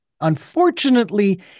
Unfortunately